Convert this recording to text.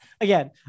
again